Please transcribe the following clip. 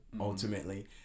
ultimately